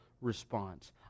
response